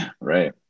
Right